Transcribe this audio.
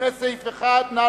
לפני סעיף 1. נא